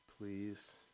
please